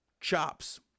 chops